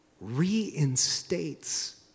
reinstates